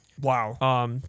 wow